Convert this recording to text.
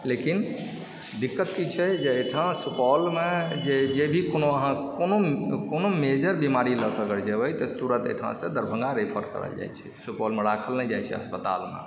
लेकिन दिक्कत की छै जे अहिठाम सुपौलमे जे जे हो कोनो अहाँ कोनो मेजर बीमारी लए कऽ जायब तऽ तुरत अहिठामसँ दरभङ्गा रेफर कऽ देल जाइत छै सुपौलमे राखल नहि जाइत छै अस्पतालमे